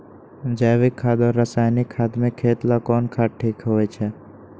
जैविक खाद और रासायनिक खाद में खेत ला कौन खाद ठीक होवैछे?